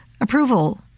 approval